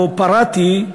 או "פרעתי",